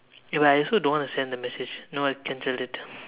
eh but I also don't want to send the message know what cancel it